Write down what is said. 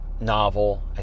novel